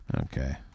okay